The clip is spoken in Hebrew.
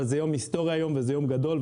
אבל זה יום היסטורי היום וזה יום גדול,